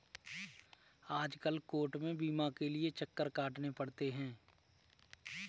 आजकल कोर्ट में बीमा के लिये चक्कर काटने पड़ते हैं